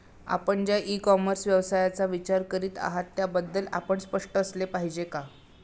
आपण ज्या e commerce व्यवसायाचा विचार करीत आहात त्याबद्दल आपण स्पष्ट असले पाहिजे का?